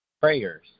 Prayers